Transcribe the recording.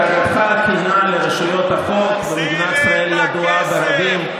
דאגתך הכנה לרשויות החוק במדינת ישראל ידועה ברבים,